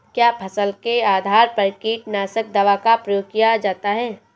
क्या फसल के आधार पर कीटनाशक दवा का प्रयोग किया जाता है?